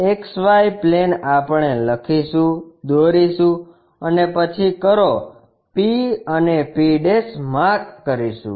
XY plane આપણે લખીશું દોરીશુ અને પછી કરો P અને p માર્ક કરીશુ